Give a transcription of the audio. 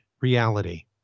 reality